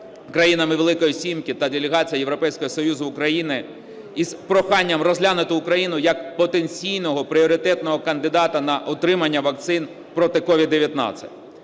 країнами "Великої сімки" та делегацією Європейського Союзу в Україні із проханням розглянути Україну як потенційного пріоритетного кандидата на отримання вакцин проти COVID-19.